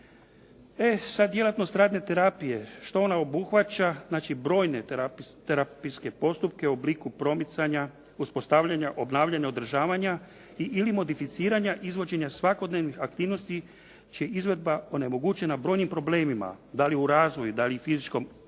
E sada djelatnost radne terapije, što ona obuhvaća. Znači brojne terapijske postupke u obliku promicanja, uspostavljanja, obnavljanja, održavanja ili modificiranja izvođenja svakodnevnih aktivnosti čija je izvedba onemogućena brojnim problemima, da li u razvoju, da li fizičkom bolešću,